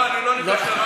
לא, אני לא ניגש לרמקול,